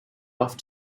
off